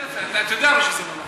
אתה הרי יודע שזה לא נכון.